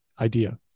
idea